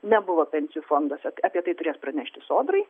nebuvo pensijų fonduose apie tai turės pranešti sodrai